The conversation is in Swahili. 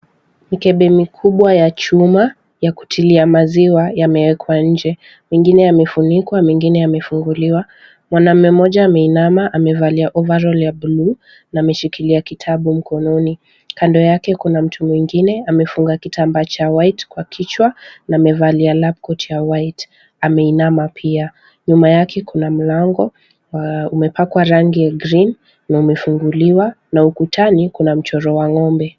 Mikebe mikubwa ya chuma ya kutilia maziwa yameekwa nje, mengine yamefunikwa mengine yamefunguliwa. Mwanaume mmoja ameinama amevalia overall ya buluu, na ameshikilia kitabu mkononi, kando yake kuna mtu mwingine amefunga kitambaa cha white kwa kichwa na amevalia lab coat ya white ameinama pia, nyuma yake kuna mlango na umepakwa rangi ya green na umefunguliwa na ukutani kuna mchoro wa ng'ombe.